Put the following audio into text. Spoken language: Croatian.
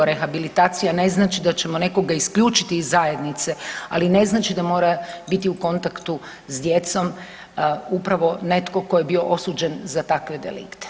Rehabilitacija ne znači da ćemo nekoga isključiti iz zajednice, ali ne znači da mora biti u kontaktu s djecom upravo netko tko je bio osuđen za takve delikte.